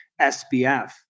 SBF